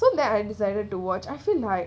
so that I decided to watch I feel like